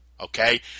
Okay